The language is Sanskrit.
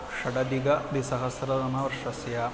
षडधिकद्विसहस्रतमवर्षस्य